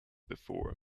before